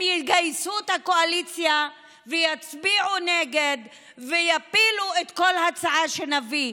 והם יגייסו את הקואליציה ויצביעו נגד ויפילו כל הצעה שנביא,